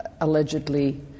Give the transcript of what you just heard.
allegedly